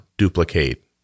duplicate